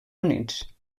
units